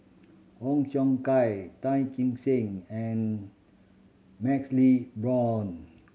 Ong Xiong Kai Tan Kee Sek and MaxLe Blond